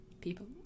People